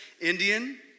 Indian